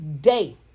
day